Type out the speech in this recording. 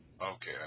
Okay